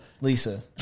Lisa